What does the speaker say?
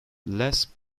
less